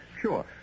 Sure